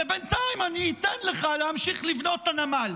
ובינתיים אני אתן לך להמשיך לבנות את הנמל.